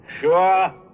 sure